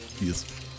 Yes